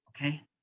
okay